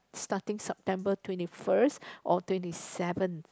starting September twenty first or twenty seven